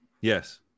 Yes